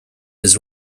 his